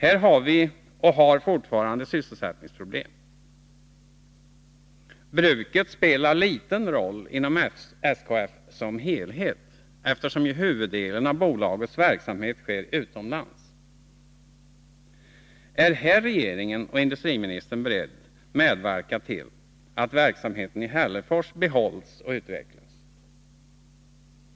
Här har det funnits och finns sysselsättningsproblem. Bruket spelar en liten roll inom SKF som helhet, eftersom ju huvuddelen av bolagets verksamhet bedrivs utomlands. Är här regeringen och industriministern beredda medverka till att verksamheten i Hällefors behålls och utvecklas?